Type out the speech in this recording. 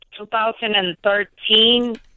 2013